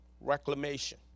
reclamation